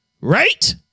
Right